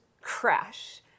crash